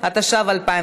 עבודה?